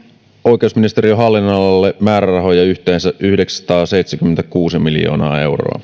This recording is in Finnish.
oikeusministeriön hallinnonalalle määrärahoja yhteensä yhdeksänsataaseitsemänkymmentäkuusi miljoonaa euroa